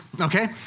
okay